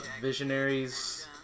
visionaries